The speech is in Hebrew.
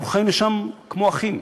אנחנו חיינו שם כמו אחים.